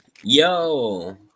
Yo